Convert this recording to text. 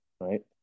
right